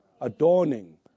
Adorning